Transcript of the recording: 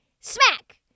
Smack